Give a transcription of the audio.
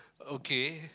okay